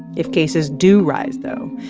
if cases do rise, though,